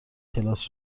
کلاس